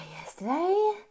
yesterday